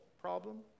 problem